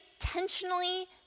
intentionally